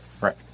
right